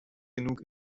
genug